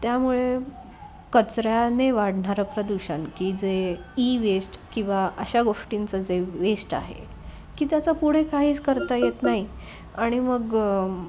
त्यामुळे कचऱ्याने वाढणारं प्रदूषण की जे ई वेस्ट किंवा अशा गोष्टींचं जे वेस्ट आहे की त्याचा पुढे काहीच करता येत नाही आणि मग